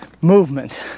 Movement